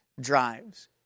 drives